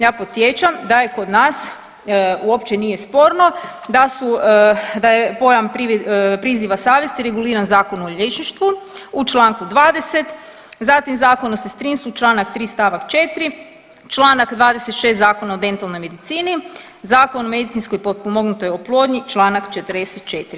Ja podsjećam da je kod nas, uopće nije sporno da su, da je pojam priziva savjesti reguliran Zakonom o liječništvu u čl. 20, zatim Zakon o sestrinstvu čl. 3 st. 4, čl. 26 Zakona o dentalnoj medicini, Zakon o medicinskoj potpomognutoj oplodnji, čl. 44.